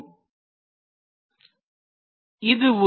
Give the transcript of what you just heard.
This is an x y plane